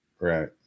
Right